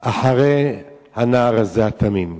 אחרי הנער הזה, התמים.